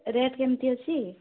rate କେମିତି ଅଛି